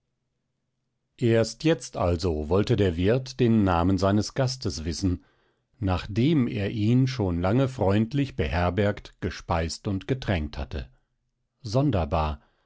erst jetzt also wollte der wirt den namen seines gastes wissen nachdem er ihn schon lange freundlich beherbergt gespeist und getränkt hatte sonderbar